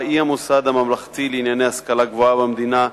היא המוסד הממלכתי לענייני השכלה גבוהה במדינה,